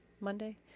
Monday